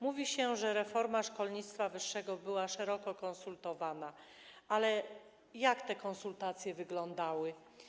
Mówi się, że reforma szkolnictwa wyższego była szeroko konsultowana, ale jak te konsultacje wyglądały?